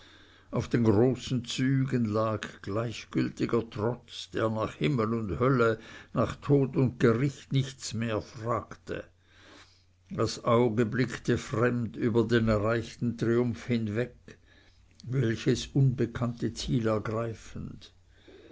auf den großen zügen lag gleichgültiger trotz der nach himmel und hölle nach tod und gericht nichts mehr fragte das auge blickte fremd über den erreichten triumph hinweg welches unbekannte ziel ergreifend